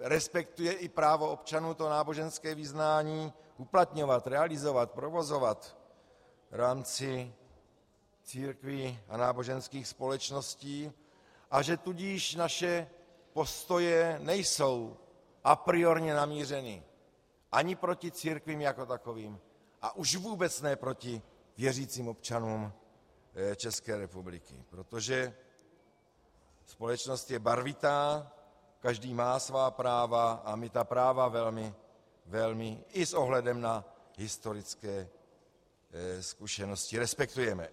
Respektuje i právo občanů náboženské vyznání uplatňovat, realizovat, provozovat v rámci církví a náboženských společností, a že tudíž naše postoje nejsou apriorně namířeny ani proti církvím jako takovým a už vůbec ne proti věřícím občanům České republiky, protože společnost je barvitá, každý má svá práva a my ta práva velmi i s ohledem na historické zkušenosti respektujeme.